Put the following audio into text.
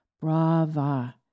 brava